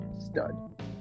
stud